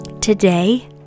Today